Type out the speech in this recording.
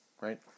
right